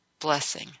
blessing